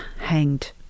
hanged